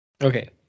Okay